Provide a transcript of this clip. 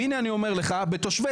והנה אני אומר לך, בתושבי